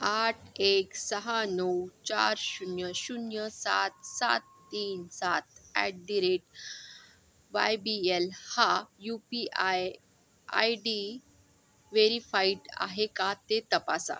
आठ एक सहा नऊ चार शून्य शून्य सात सात तीन सात at the rate Y B L हा U P I I D verified आहे का ते तपासा